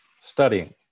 studying